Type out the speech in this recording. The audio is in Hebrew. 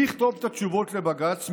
מי יכתוב את התשובות לבג"ץ?